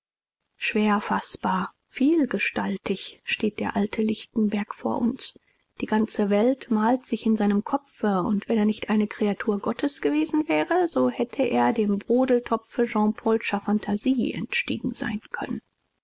schwer faßbar vielgestaltig steht der alte lichtenberg vor uns die ganze welt malte sich in seinem kopfe und wenn er nicht eine kreatur gottes gewesen wäre so hätte er dem brodeltopfe jean-paul'scher phantasie entstiegen sein können